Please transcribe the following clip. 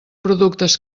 productes